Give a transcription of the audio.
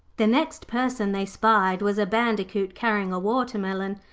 the next person they spied was a bandicoot carrying a watermelon.